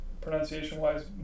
pronunciation-wise